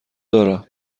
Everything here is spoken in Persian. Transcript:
دارم